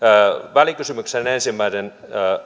välikysymyksen ensimmäisen